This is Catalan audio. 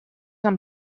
amb